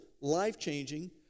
life-changing